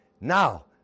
Now